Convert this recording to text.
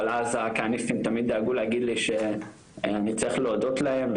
אבל אז הכהניסטים תמיד דאגו להגיד לי שאני צריך להודות להם,